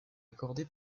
accordée